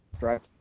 Right